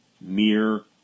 mere